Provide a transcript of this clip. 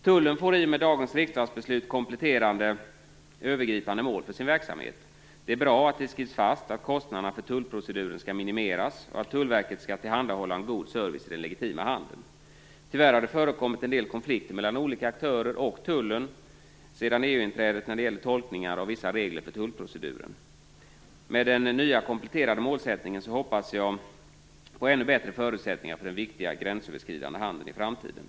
Tullen får i och med dagens riksdagsbeslut kompletterande övergripande mål för sin verksamhet. Det är bra att det skrivs fast att kostnaderna för tullproceduren skall minimeras och att Tullverket skall tillhandahålla en god service i den legitima handeln. Tyvärr har det förekommit en del konflikter mellan olika aktörer och Tullen sedan EU-inträdet när det gäller tolkningar av vissa regler för tullproceduren. Med den nya kompletterande målsättningen hoppas jag på ännu bättre förutsättningar för den viktiga gränsöverskridande handeln i framtiden.